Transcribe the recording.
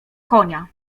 konia